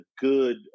good